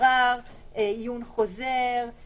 אני מציע שגם בחוק זה יתועדף.